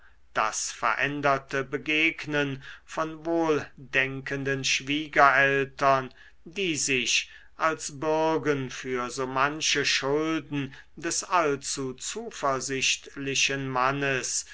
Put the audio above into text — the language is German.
das veränderte begegnen von wohldenkenden schwiegereltern die sich als bürgen für so manche schulden des allzu zuversichtlichen mannes